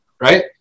right